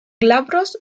glabros